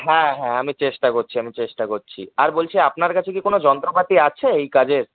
হ্যাঁ হ্যাঁ আমি চেষ্টা করছি আমি চেষ্টা করছি আর বলছি আপনার কাছে কি কোনও যন্ত্রপাতি আছে এই কাজের